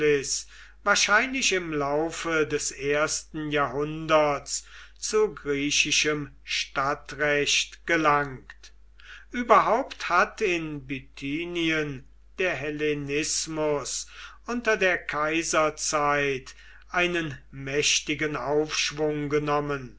wahrscheinlich im laufe des ersten jahrhunderts zu griechischem stadtrecht gelangt überhaupt hat in bithynien der hellenismus unter der kaiserzeit einen mächtigen aufschwung genommen